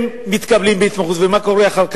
הם מתקבלים להתמחות, ומה קורה אחר כך?